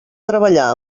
treballar